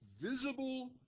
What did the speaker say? visible